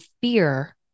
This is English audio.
fear